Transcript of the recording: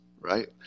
right